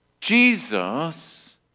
Jesus